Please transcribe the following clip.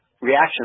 reaction